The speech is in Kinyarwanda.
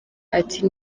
ati